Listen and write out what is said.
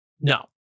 No